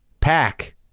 Pack